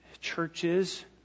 churches